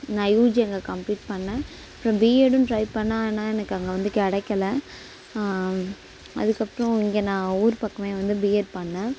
நான் யூஜி அங்க கம்ப்ளீட் பண்ணேன் அப்புறம் பிஎட்டும் ட்ரை பண்ணேன் எனக்கு அங்கே வந்து கிடைக்கல அதுக்கப்புறம் இங்கே நான் ஊர் பக்கமே வந்து பிஎட் பண்ணேன்